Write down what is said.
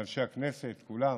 לאנשי הכנסת כולם,